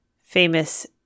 famous